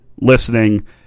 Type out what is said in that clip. listening